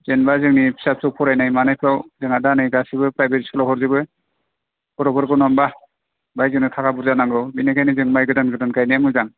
जेनेबा जोंनि फिसा फिसौ फरायनाय मानायफ्राव जोंहा दा नै गासिबो फ्राइबेद स्कुलाव हरजोबो गथ'फोरखौ नङा होनबा बेहाय जोंनो थाखा बुरजा नांगौ बेनिखायनो जों माइ गोदान गोदान गायनाया मोजां